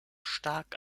stark